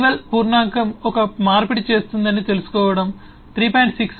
ఐవల్ పూర్ణాంకం ఒక మార్పిడి చేస్తుందని తెలుసుకోవడం 3